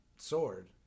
sword